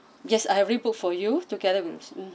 yes I already book for you together with mm